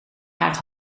haar